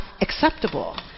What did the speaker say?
acceptable